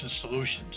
Solutions